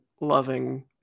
loving